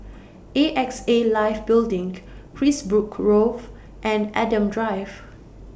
A X A Life Building Carisbrooke Grove and Adam Drive